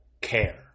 care